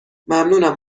ممنونم